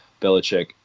Belichick